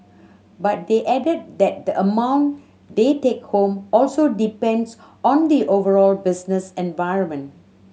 but they added that the amount they take home also depends on the overall business environment